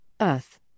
earth